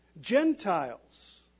Gentiles